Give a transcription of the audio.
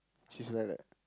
she's like that